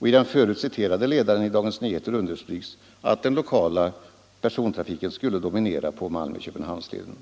I den förut citerade ledaren i Dagens Nyheter understryks att den lokala persontrafiken skulle dominera på Malmö-Köpenhamnsleden.